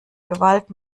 gewalt